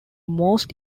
most